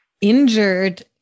injured